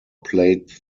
played